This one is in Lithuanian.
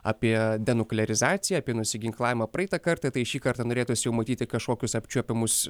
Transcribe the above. apie denuklerizacija apie nusiginklavimą praeitą kartą tai šįkart norėtųsi matyti kažkokius apčiuopiamus